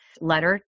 letter